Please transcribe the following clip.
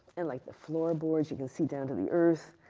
and like the floorboards, you could see down to the earth.